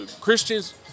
christians